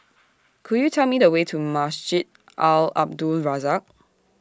Could YOU Tell Me The Way to Masjid Al Abdul Razak